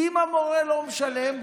אם המורה לא משלם,